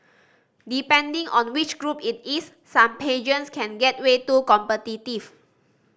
depending on which group it is some pageants can get way too competitive